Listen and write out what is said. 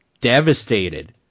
devastated